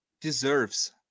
deserves